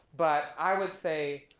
but i would say,